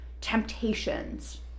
temptations